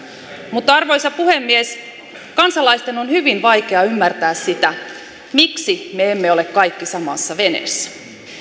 mutta arvoisa puhemies kansalaisten on hyvin vaikea ymmärtää sitä miksi me emme ole kaikki samassa veneessä